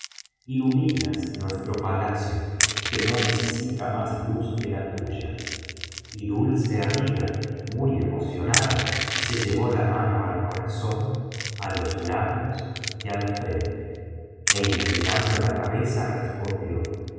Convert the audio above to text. iluminas nuestro palacio que no necesita más luz que la tuya y dulce amiga muy emocionada se llevó la mano al corazón á los labios y á la frente é inclinando la cabeza respondió